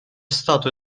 stato